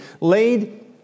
laid